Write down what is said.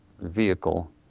vehicle